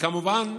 כמובן,